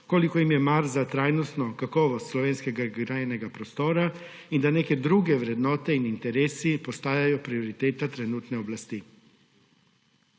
koliko jim je mar za trajnostno kakovost slovenskega gradbenega prostora in da neke druge vrednote ter interesi postajajo prioriteta trenutne oblasti.